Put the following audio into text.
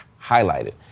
highlighted